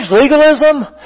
legalism